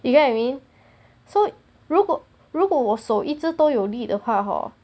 you get what I mean so 如果如果我手一直都有力的话 hor